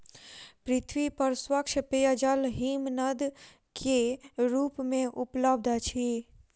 पृथ्वी पर स्वच्छ पेयजल हिमनद के रूप में उपलब्ध अछि